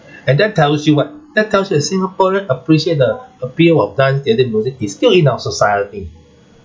and that tells you what that tells you that singaporean appreciate the appeal of dance theatre music is still in our society